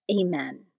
Amen